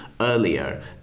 earlier